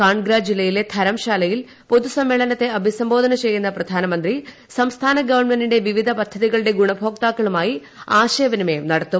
കാൺഗ്ര ജില്ലയിലെ ധരം ശാലയിൽ പൊതുസമ്മേളനത്തെ അഭിസംബോധന ചെയ്യുന്ന പ്രധാനമന്ത്രി സംസ്ഥാന്ന് ഗവൺമെന്റിന്റെ വിവിധ പദ്ധതികളുടെ ഗുണഭോക്താക്കളുമായി ആശയ വിനിമയം നടത്തും